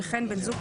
וכן בן זוג,